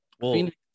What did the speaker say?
Phoenix